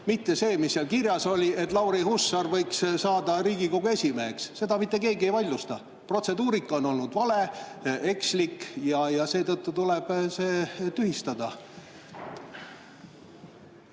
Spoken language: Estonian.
mitte see, mis seal kirjas oli, et Lauri Hussar võiks saada Riigikogu esimeheks – seda mitte keegi ei vaidlusta. Protseduurika on olnud vale, ekslik ja seetõttu tuleb see tühistada.